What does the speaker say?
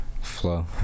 flow